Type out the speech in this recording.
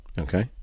Okay